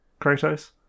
kratos